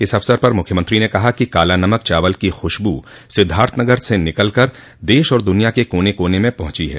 इस अवसर पर मुख्यमंत्री ने कहा कि काला नमक चावल की खुशबू सिद्धार्थनगर से निकलकर देश और दुनिया के कोने कोने में पहुंची है